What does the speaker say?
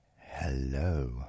Hello